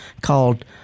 called